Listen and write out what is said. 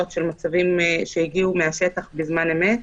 של מצבים שהגיעו מהשטח בזמן אמת.